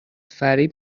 فریب